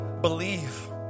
believe